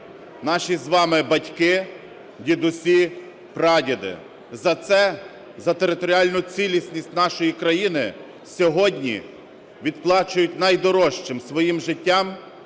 наші з вами батьки, дідусі, прадіди. За це, за територіальну цілісність нашої країни сьогодні відплачують найдорожчим – своїм життям